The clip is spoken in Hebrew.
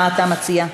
מה אתה מציע?